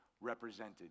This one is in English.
represented